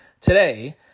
today